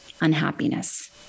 unhappiness